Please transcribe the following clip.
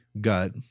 gut